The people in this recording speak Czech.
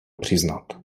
přiznat